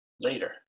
Later